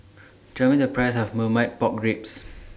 Tell Me The Price of Marmite Pork Ribs